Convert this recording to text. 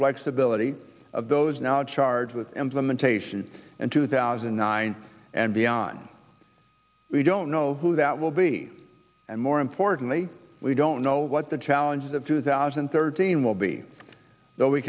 flexibility of those now charged with implementation and two thousand and nine and beyond we don't know who that will be and more importantly we don't know what the challenges of two thousand and thirteen will be